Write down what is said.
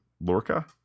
Lorca